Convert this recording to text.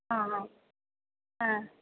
ஆ ஆ ஆ